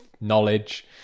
knowledge